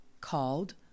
called